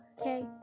Okay